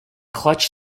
clutch